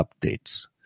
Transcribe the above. updates